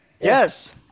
Yes